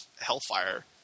Hellfire